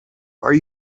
are